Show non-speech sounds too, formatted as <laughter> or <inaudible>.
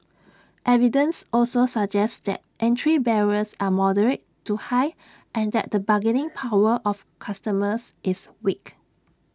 evidence also suggests that entry barriers are moderate to high and that the <noise> bargaining power of customers is weak